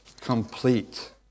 complete